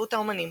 בהשתתפות האמנים